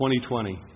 2020